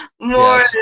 more